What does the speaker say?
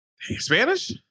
Spanish